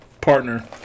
Partner